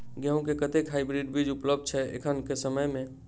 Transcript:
गेंहूँ केँ कतेक हाइब्रिड बीज उपलब्ध छै एखन केँ समय मे?